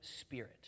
spirit